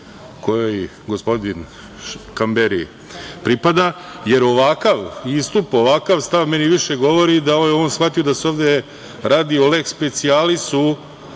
kojoj gospodin Kamberi pripada, jer ovakav istup, ovakav stav meni više govori da je on shvatio da se ovde radi o leks specijalisu,